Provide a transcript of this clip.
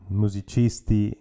musicisti